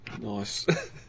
Nice